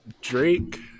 Drake